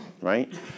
right